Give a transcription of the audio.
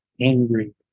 angry